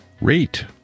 rate